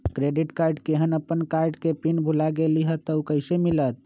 Credit card केहन अपन card के पिन भुला गेलि ह त उ कईसे मिलत?